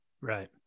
Right